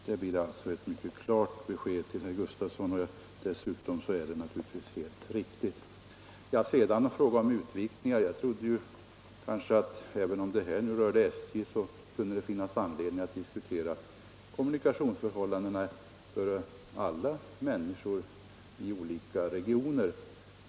Det blir alltså ett mycket klart besked till herr Gustavsson, och dessutom är det naturligtvis helt riktigt. Så talade herr Gustavsson om utvikningar. Jag trodde att även om det här rörde SJ kunde det finnas anledning att diskutera kommunikationsförhållandena för alla människor i olika regioner.